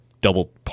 double